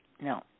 No